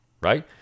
Right